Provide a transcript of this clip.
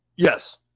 Yes